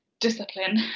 discipline